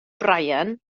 bryan